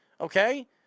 Okay